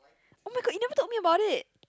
[oh]-my-god you never told me about it